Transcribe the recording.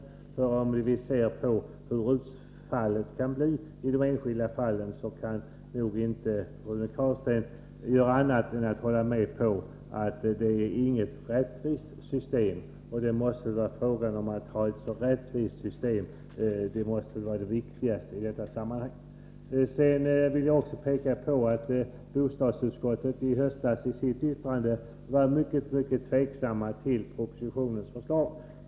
Om Rune Carlstein ser på hur utfallet kan bli i de enskilda fallen kan han inte göra annat än att hålla med om att det inte är något rättvist system. Och att ha ett så rättvist system som möjligt måste väl vara det viktigaste i detta sammanhang. Jag vill också peka på att bostadsutskottet i sitt yttrande i höstas var utomordentligt tveksamt till propositionens förslag.